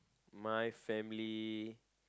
my family